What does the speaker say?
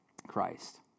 Christ